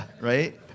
Right